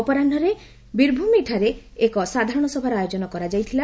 ଅପରାହ୍ମରେ ବୀରଭୂମୀ ଠାରେ ଏକ ସାଧାରଣ ସଭାର ଆୟୋଜନ କରାଯାଇଥିଲା